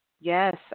Yes